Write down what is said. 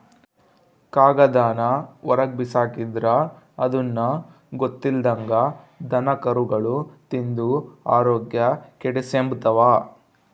ಕಾಗದಾನ ಹೊರುಗ್ಬಿಸಾಕಿದ್ರ ಅದುನ್ನ ಗೊತ್ತಿಲ್ದಂಗ ದನಕರುಗುಳು ತಿಂದು ಆರೋಗ್ಯ ಕೆಡಿಸೆಂಬ್ತವ